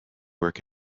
work